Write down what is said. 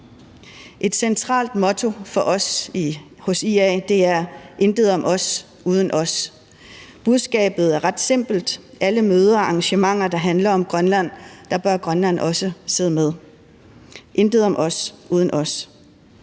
Et centralt motto for os hos IA er: Intet om os uden os. Budskabet er ret simpelt: Ved alle møder og arrangementer, der handler om Grønland, bør Grønland også sidde med. Intet om os uden os.